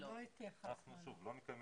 אנחנו לא מדברים